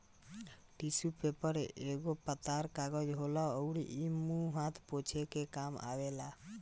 tissue paper एगो पातर कागज होला अउरी इ मुंह हाथ पोछे के काम आवेला